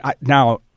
now